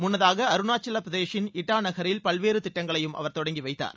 முன்னதாக அருணாச்சலப்பிரதேஷின் இட்டா நகரில் பல்வேறு திட்டங்களையும் அவர் தொடங்கி வைத்தார்